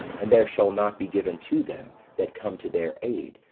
and there shall not be given to them that come to their aid,